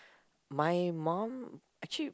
my mum actually